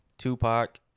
Tupac